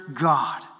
God